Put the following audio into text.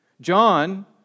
John